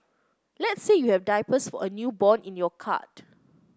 let's say you have diapers for a newborn in your cart